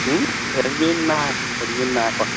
French bean নাই French bean নাইকৰা